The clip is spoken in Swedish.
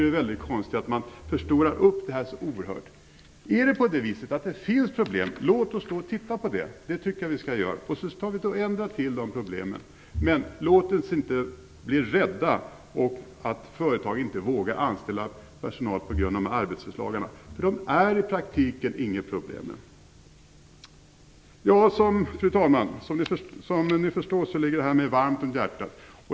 Det är väldigt konstigt att man förstorar upp problemen så oerhört. Finns det problem, så låt oss titta på dessa. Då kan vi reda ut problemen. Men låt inte företagen bli rädda för att anställa personal på grund av arbetsrättslagarna, för med dem är det i praktiken inga problem. Fru talman! Som ni förstår ligger detta ämne mig varmt om hjärtat.